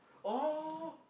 oh